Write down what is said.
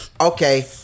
okay